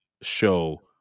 show